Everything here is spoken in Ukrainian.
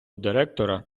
директора